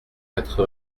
quatre